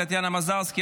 טטיאנה מזרסקי,